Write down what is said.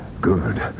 Good